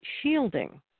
shielding